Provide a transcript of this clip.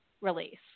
release